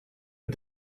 but